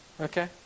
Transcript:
Okay